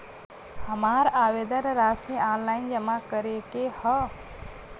हमार आवेदन राशि ऑनलाइन जमा करे के हौ?